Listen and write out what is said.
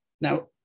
Now